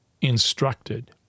instructed